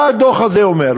מה הדוח הזה אומר?